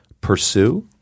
pursue